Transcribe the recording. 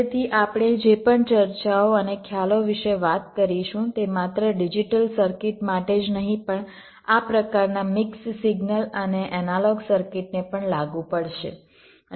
તેથી આપણે જે પણ ચર્ચાઓ અને ખ્યાલો વિશે વાત કરીશું તે માત્ર ડિજિટલ સર્કિટ માટે જ નહીં પણ આ પ્રકારના મિક્સ સિગ્નલ અને એનાલોગ સર્કિટને પણ લાગુ પડશે